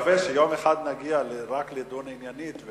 מקווה שיום אחד נגיע רק לדון עניינית,